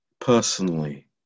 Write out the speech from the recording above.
personally